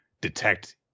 detect